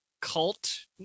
cult